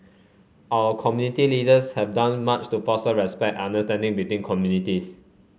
our community leaders have done much to foster respect and understanding between communities